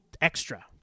extra